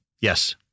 Yes